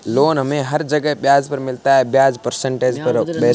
loan हमे हर जगह ब्याज पर मिलता है ब्याज परसेंटेज बेस पर होता है